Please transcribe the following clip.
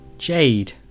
Jade